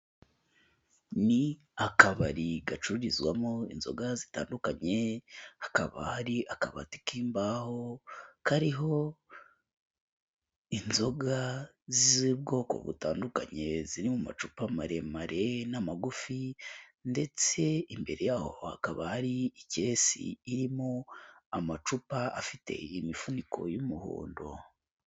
Ni akabari gacururizwamo inzoga zitandukanye hakaba hari akabati k'imbaho kariho inzoga z'ubwoko butandukanye ziri mu macupa maremare n'amagufi ndetse imbere y'aho hakaba hari ikesi irimo amacupa afite imifuniko y'umuhondo.